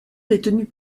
détenus